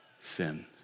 sin